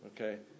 Okay